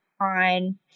on